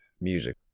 music